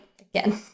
again